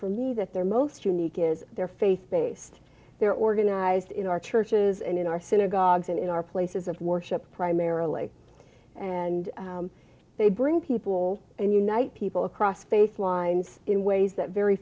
for me that they're most unique is their faith based they're organized in our churches and in our synagogues and in our places of worship primarily and they bring people and unite people across space lines in ways that very